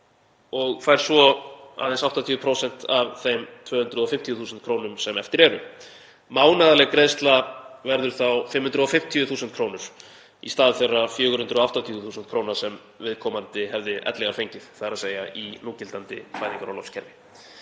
og fær svo aðeins 80% af þeim 250.000 kr. sem eftir eru. Mánaðarleg greiðsla verður þá 550.000 kr. í stað þeirra 480.000 kr. sem viðkomandi hefði ellegar fengið, þ.e. í núgildandi fæðingarorlofskerfi.